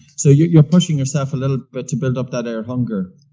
so you're you're pushing yourself a little bit to build up that air hunger.